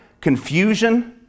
confusion